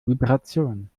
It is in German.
vibration